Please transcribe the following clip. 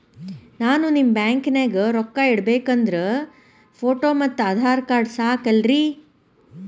Sir ನಾನು ನಿಮ್ಮ ಬ್ಯಾಂಕನಾಗ ರೊಕ್ಕ ಇಡಬೇಕು ಅಂದ್ರೇ ಫೋಟೋ ಮತ್ತು ಆಧಾರ್ ಕಾರ್ಡ್ ಸಾಕ ಅಲ್ಲರೇ?